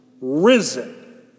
risen